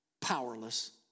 powerless